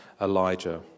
Elijah